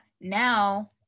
now